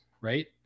right